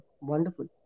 wonderful